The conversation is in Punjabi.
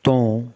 ਤੋਂ